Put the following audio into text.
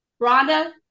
Rhonda